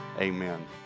Amen